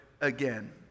again